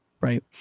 right